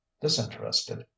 disinterested